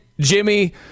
Jimmy